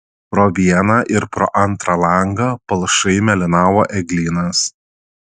pro vieną ir pro antrą langą palšai mėlynavo eglynas